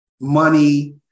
money